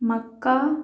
مکہ